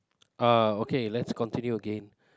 ah okay let's continue again